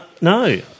no